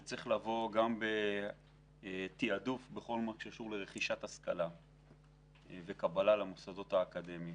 זה צריך לבוא בתעדוף בכל מה שקשור לרכישת השכלה וקבלה למוסקות האקדמיים.